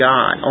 God